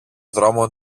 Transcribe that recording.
δρόμο